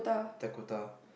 Dakota